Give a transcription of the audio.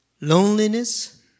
loneliness